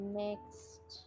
next